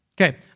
Okay